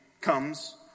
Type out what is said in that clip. comes